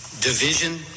division